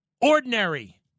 Ordinary